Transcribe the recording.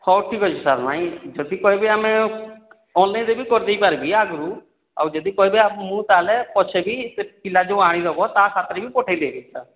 ହଉ ଠିକ୍ ଅଛି ସାର୍ ନାଇଁ ଯଦି କହିବେ ଆମେ ଅନଲାଇନରେ ବି କରିଦେଇ ପାରିବି ଆଗରୁ ଆଉ ଯଦି କହିବେ ମୁଁ ତାହେଲେ ପଛରେ ବି ସେ ପିଲା ଯେଉଁ ଆଣିଦେବ ତା ହାତେରେ ବି ପଠେଇଦେବି ସାର୍